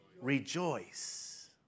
Rejoice